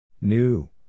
New